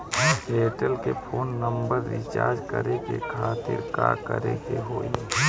Airtel के phone number recharge करे के खातिर का करे के होई?